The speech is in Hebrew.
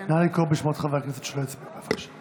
נא לקרוא בשמות חברי הכנסת שלא הצביעו, בבקשה.